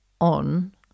on